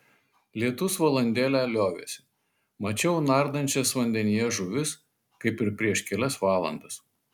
lietus valandėlę liovėsi mačiau nardančias vandenyje žuvis kaip ir prieš kelias valandas